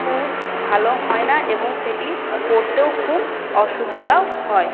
খুব ভালো হয় না এবং সেটি পরতেও খুব অসুবিধাও হয়